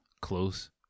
close